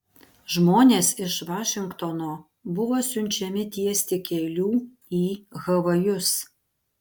žmonės iš vašingtono buvo siunčiami tiesti kelių į havajus